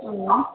అవునా